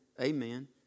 amen